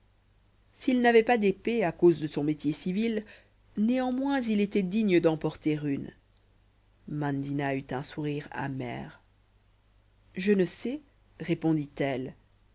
s'il n'avait pas d'épée à cause de son métier civil néanmoins il était digne d'en porter une mandina eut un sourire amer je ne sais répondit-elle